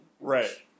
Right